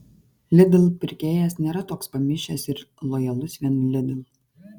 lidl pirkėjas nėra toks pamišęs ir lojalus vien lidl